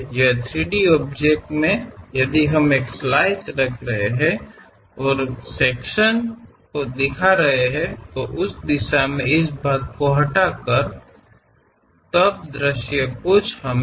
ನಿಮಗೆ ದೃಷ್ಟಿಕೋನ ವೀಕ್ಷಣೆಯನ್ನು ನೀಡಲು ಈ 3 ಡಿ ವಸ್ತುಗಳ ಸ್ಲೈಸ್ ಹೊಂದಿದ್ದರೆ ಮತ್ತು ಈ ವಿಭಾಗವನ್ನು ಆ ದಿಕ್ಕಿನಲ್ಲಿ ಇಟ್ಟುಕೊಂಡಿದ್ದರೆ ಈ ಭಾಗವನ್ನು ತೆಗೆದುಹಾಕುವುದು ನಂತರ ನೋಟವು ಹಾಗೆ ಇರಬೇಕು